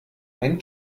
ein